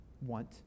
want